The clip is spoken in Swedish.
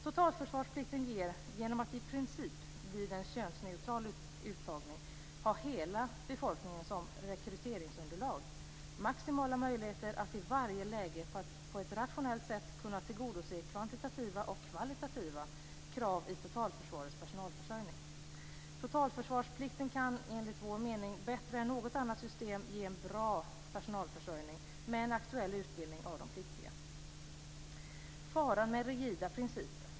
Totalförsvarsplikten ger, genom att i princip vid en könsneutral uttagning ha hela befolkningen som rekryteringsunderlag, maximala möjligheter att i varje läge på ett rationellt sätt kunna tillgodose kvantitativa och kvalitativa krav i totalförsvarets personalförsörjning. Totalförsvarsplikten kan enligt vår mening bättre än något annat system ge en bra personalförsörjning med en aktuell utbildning av de pliktiga. Jag vill här nämna något om faran med rigida principer.